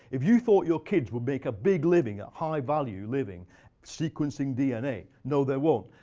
if you thought your kids would make a big living, a high value living sequencing dna, no, they won't.